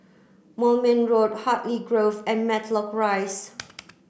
Moulmein Road Hartley Grove and Matlock Rise